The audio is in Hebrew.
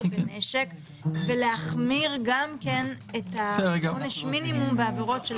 בנשק ולהחמיר גם את עונש המינימום בעבירות של